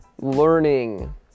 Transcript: learning